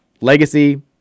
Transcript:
Legacy